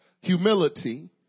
humility